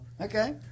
Okay